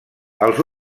els